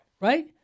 right